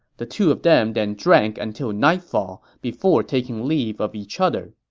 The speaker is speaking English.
the two of them then drank until nightfall before taking leave of each other